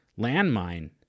landmine